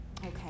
okay